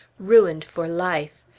ruined for life!